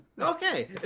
Okay